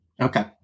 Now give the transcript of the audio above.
Okay